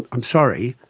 i'm sorry,